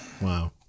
Wow